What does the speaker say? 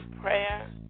prayer